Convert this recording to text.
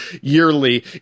yearly